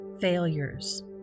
failures